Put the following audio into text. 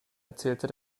erzählte